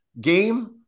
game